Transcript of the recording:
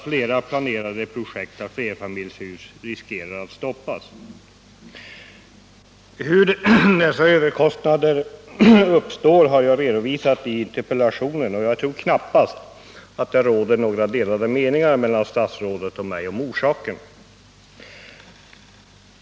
Flera planerade projekt för flerfamiljshus riskerar därför att stoppas. Hur dessa överkostnader uppstår har jag redovisat i interpellationen, och jag tror knappast att det råder några delade meningar mellan statsrådet och mig om orsakerna.